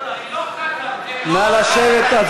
נא לשבת.